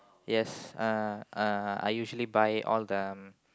yes uh uh I usually buy all the